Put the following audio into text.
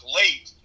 late